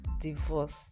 divorce